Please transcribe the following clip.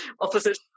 Opposite